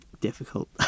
difficult